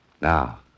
Now